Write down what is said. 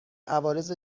عوارض